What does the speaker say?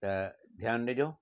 त ध्यानु ॾिजो